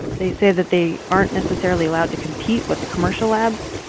they say that they aren't necessarily allowed to compete with the commercial labs,